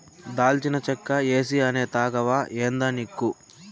దాల్చిన చెక్క ఏసీ అనే తాగవా ఏందానిక్కు